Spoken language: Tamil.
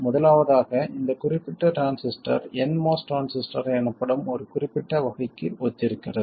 முதலாவதாக இந்த குறிப்பிட்ட டிரான்சிஸ்டர் nMOS டிரான்சிஸ்டர் எனப்படும் ஒரு குறிப்பிட்ட வகைக்கு ஒத்திருக்கிறது